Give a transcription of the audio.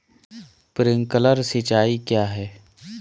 Sprinkler सिंचाई क्या है?